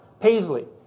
paisley